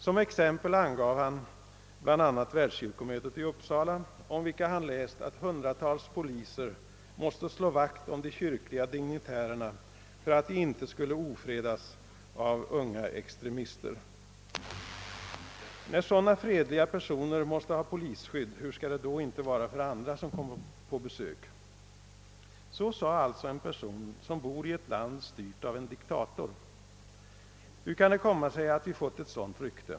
Som exempel angav han bla. Världskyrkomötet i Uppsala, om vilket han läst att hundratals poliser måst slå vakt om de kyrkliga dignitärerna för att dessa inte skulle ofredas av unga extremister. När sådana fredliga personer måste ha polisskydd, hur skulle det då inte vara för andra som kommer på besök? Så sade alltså en person som bor i ett land styrt av en diktator. Hur kan det komma sig att vi fått ett sådant rykte?